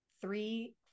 three